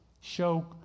show